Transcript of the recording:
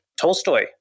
Tolstoy